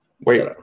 Wait